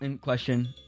question